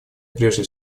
прежде